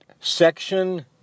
section